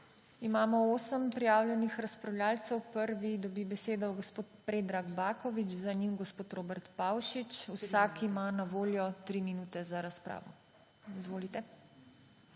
Imamo 8 prijavljenih razpravljavcev. Prvi dobi besedo gospod Predrag Baković, za njim gospod Robert Pavšič. Vsak ima na voljo 3 minute za razpravo. Izvolite.